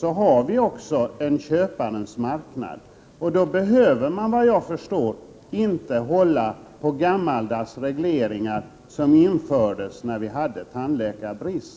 då har vi också köparens marknad. Då behöver man, såvitt jag förstår, inte hålla på gammaldags regleringar som infördes när vi hade tandläkarbrist.